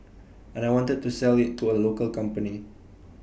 and I wanted to sell IT to A local company